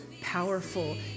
powerful